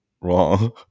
wrong